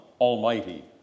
Almighty